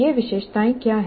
ये विशेषताएं क्या हैं